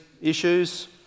issues